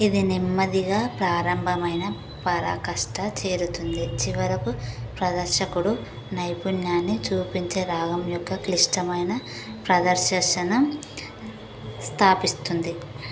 ఇది నెమ్మదిగా ప్రారంభమైన పరాకాష్ఠ చేరుతుంది చివరకు ప్రదర్శకుడు నైపుణ్యాన్ని చూపించే రాగం యొక్క క్లిష్టమైన ప్రదర్శశనం స్థాపిస్తుంది